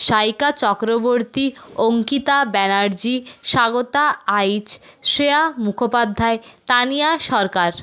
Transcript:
Saika Chakraborty Ankita Banerjee Swagata Aich Shreya Mukhopadhyay Tania Sarkar